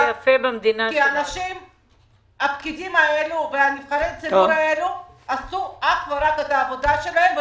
כי הפקידים האלו ונבחרי הציבור האלו עשו אך ורק את העבודה שלהם,